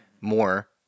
more